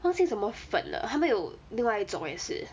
忘记什么粉了他们有另外一种也是